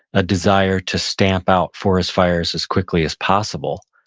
a desire to stamp out forest fires as quickly as possible.